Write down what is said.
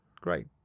great